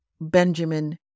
Benjamin